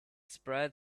spread